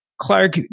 Clark